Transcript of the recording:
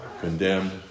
condemned